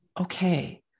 Okay